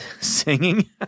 singing